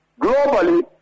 Globally